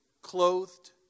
clothed